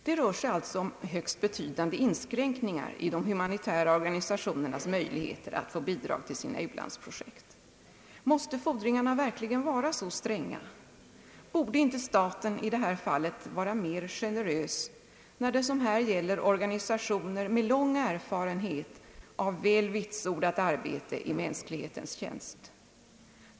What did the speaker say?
Det rör sig alltså om högst betydande inskränkningar i de humanitära organisationernas möjligheter att få bidrag till sina u-landsprojekt. Måste fordringarna verkligen vara så stränga? Borde inte staten i detta fall vara mer generös, när det som här gäller organisationer med lång erfarenhet av väl vitsordat arbete i mänsklighetens tjänst?